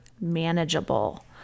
manageable